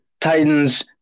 Titans